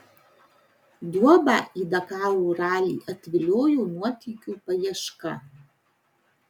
duobą į dakaro ralį atviliojo nuotykių paieška